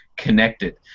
connected